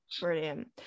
Brilliant